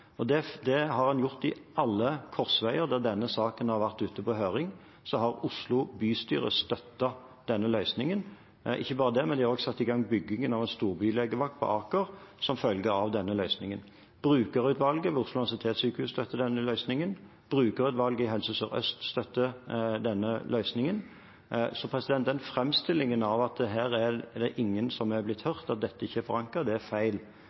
alle korsveier der denne saken har vært ute på høring, har Oslo bystyre støttet denne løsningen, og ikke bare det, de har også satt i gang byggingen av en storbylegevakt på Aker som følge av denne løsningen. Brukerutvalget ved Oslo universitetssykehus støtter denne løsningen. Brukerutvalget i Helse Sør-Øst støtter denne løsningen. Så framstillingen av at her er det ingen som har blitt hørt, at dette ikke er forankret, er feil. Det er